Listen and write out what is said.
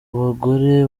bagore